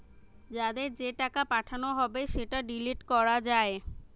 যাদের যে টাকা পাঠানো হবে সেটা ডিলিট করা যায়